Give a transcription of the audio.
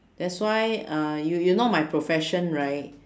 that's why uh you you know my profession right